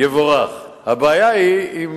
יבורך, הבעיה היא עם